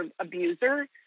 abuser